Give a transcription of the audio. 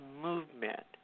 movement